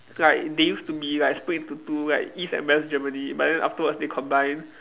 like they used to be like split into two like East and West Germany but then afterwards they combine